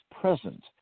present